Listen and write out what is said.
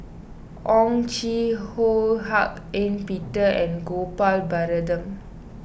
Owyang Chi Ho Hak Ean Peter and Gopal Baratham